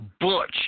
butch